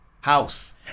house